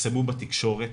שפורסמו בתקשורת,